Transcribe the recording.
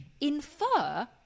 infer